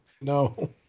no